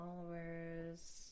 Followers